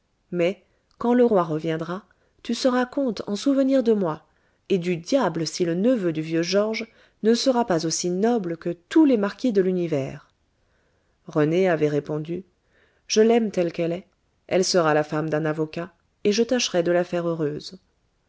mais quand le roi reviendra tu seras comte en souvenir de moi et du diable si le neveu du vieux georges ne sera pas aussi noble que tous les marquis de l'univers rené avait répondu je l'aime telle qu'elle est elle sera la femme d'un avocat et je tâcherai de la faire heureuse